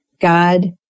God